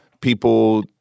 people